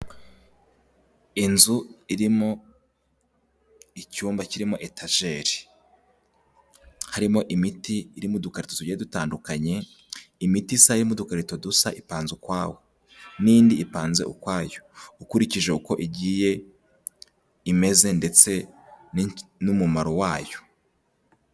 Inzu irimo icyumba kirimo etajeri, harimo imiti irimo udukari tugiye dutandukanye, imiti isa irimo udukarito dusa ipanze ukwawo n'indi ipanze ukwayo ukurikije uko igiye imeze ndetse n'umumaro wayo.